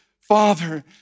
Father